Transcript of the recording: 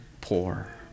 poor